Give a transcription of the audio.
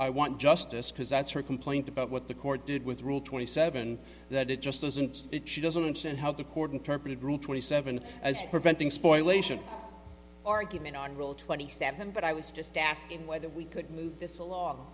i want justice because that's her complaint about what the court did with rule twenty seven that it just doesn't it she doesn't understand how the court interpreted rule twenty seven as preventing spoil ation argument on rule twenty seven but i was just asking whether